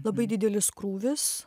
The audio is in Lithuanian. labai didelis krūvis